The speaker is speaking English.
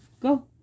Go